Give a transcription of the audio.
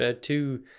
two